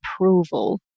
approval